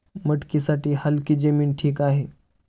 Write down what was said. मटकीसाठी हलकी जमीन ठीक आहे